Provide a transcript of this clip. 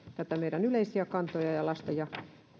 näitä meidän yleisiä kantojamme ja lasten ja